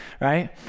right